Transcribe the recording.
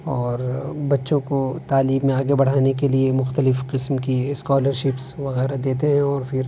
اور بچوں کو تعلیم میں آگے بڑھانے کے لیے مختلف قسم کی اسکالرشپس وغیرہ دیتے ہیں اور پھر